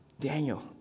Daniel